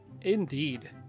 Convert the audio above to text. Indeed